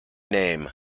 name